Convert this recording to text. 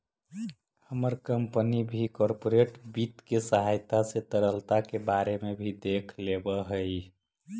हमर कंपनी भी कॉर्पोरेट वित्त के सहायता से तरलता के बारे में भी देख लेब हई